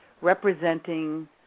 representing